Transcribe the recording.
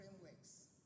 frameworks